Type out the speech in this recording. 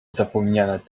zapomniana